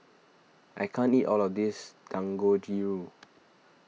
I can't eat all of this Dangojiru